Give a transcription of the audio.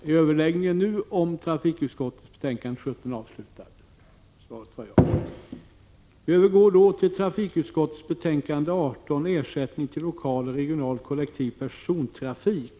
Kammaren övergår nu till att debattera trafikutskottets betänkande 18 om anslag till Ersättning till lokal och regional kollektiv persontrafik.